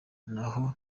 naho